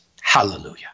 Hallelujah